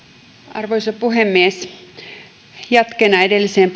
arvoisa puhemies jatkoksi edelliseen